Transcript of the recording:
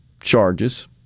charges